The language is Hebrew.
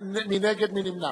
(פטור מארנונה למסגרות שיקום לנכי נפש),